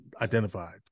identified